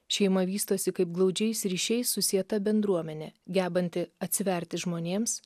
šeima vystosi kaip glaudžiais ryšiais susieta bendruomenė gebanti atsiverti žmonėms